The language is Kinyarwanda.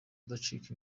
kudacika